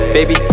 Baby